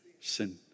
Sin